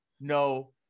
no